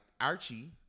Archie